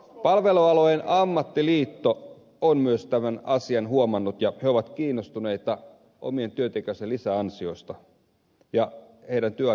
palvelualojen ammattiliitto on myös tämän asian huomannut ja se on kiinnostunut omien työntekijöidensä lisäansioista ja heidän työaikakierrostaan